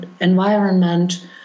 environment